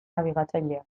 nabigatzailea